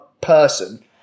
person